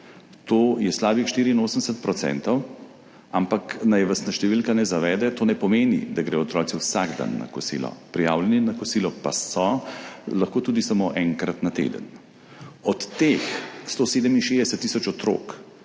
To je slabih 84 %, ampak naj vas številka ne zavede. To ne pomeni, da gredo otroci vsak dan na kosilo, prijavljeni na kosilo so lahko tudi samo enkrat na teden. Od teh 167 tisoč otrok